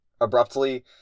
abruptly